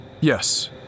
Yes